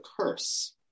curse